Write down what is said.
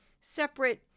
separate